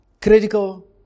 Critical